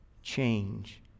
Change